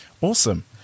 awesome